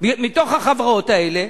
מתוך החברות האלה,